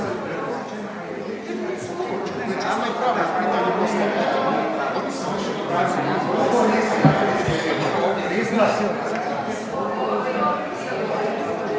Hvala vam